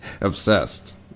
Obsessed